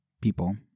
people